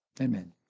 Amen